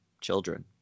children